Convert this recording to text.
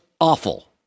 awful